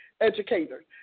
educators